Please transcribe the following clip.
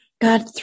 God